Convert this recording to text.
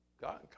God